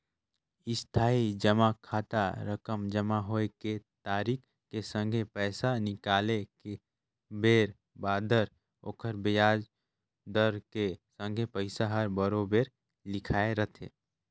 इस्थाई जमा खाता रकम जमा होए के तारिख के संघे पैसा निकाले के बेर बादर ओखर बियाज दर के संघे पइसा हर बराबेर लिखाए रथें